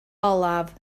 olaf